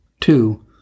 Two